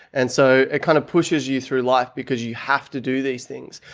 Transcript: and so it kind of pushes you through life because you have to do these things.